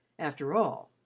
after all,